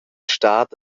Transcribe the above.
stad